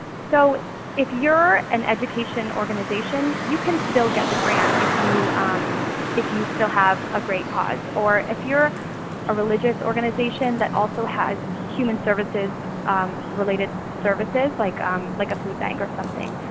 so if you're an education organization, you can still get the grant if you um if you still have a great cause. or if you're a religious organization that also has human services related services like um like a food bank or something,